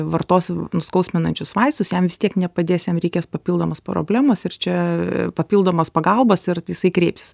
vartosim nuskausminančius vaistus jam vis tiek nepadės jam reikės papildomos problemos ir čia papildomos pagalbos ir jisai kreipsis